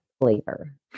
flavor